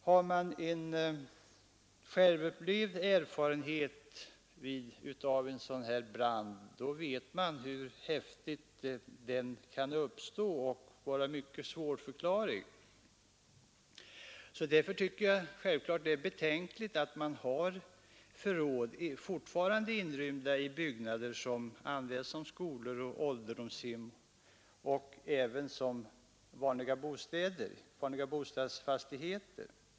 Har man en självupplevd erfarenhet av en sådan brand, så vet man hur hastigt den kan uppstå och hur svårförklarlig den kan vara. Därför tycker jag att det är betänkligt att man fortfarande har förråd inrymda i byggnader som används som skolor och ålderdomshem och även i vanliga bostadsfastigheter.